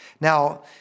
Now